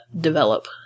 develop